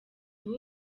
ubu